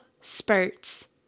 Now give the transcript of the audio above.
spurts